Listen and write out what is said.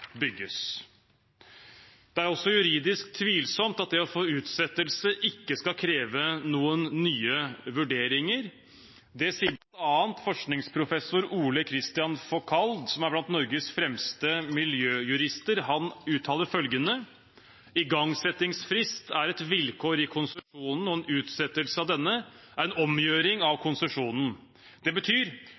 bygges. Det er også juridisk tvilsomt at det å få utsettelse ikke skal kreve noen nye vurderinger. Det sier bl.a. forskningsprofessor Ole Kristian Fauchald, som er blant Norges fremste miljøjurister. Han uttaler følgende: «Igangsettingsfrist er et vilkår i konsesjonen, og en utsettelse av denne er en omgjøring av konsesjonen. Det